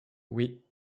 oui